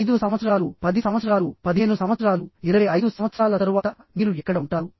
5 సంవత్సరాలు 10 సంవత్సరాలు 15 సంవత్సరాలు 25 సంవత్సరాల తరువాత మీరు ఎక్కడ ఉంటారు